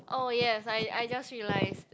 oh yes I I just realise